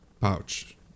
Pouch